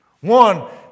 One